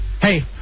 Hey